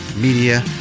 media